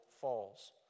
falls